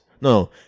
No